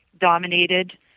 dominated